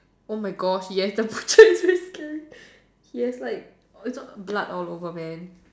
oh my God he has the picture is very scary he has like it's all blood all over man